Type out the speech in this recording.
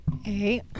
Hey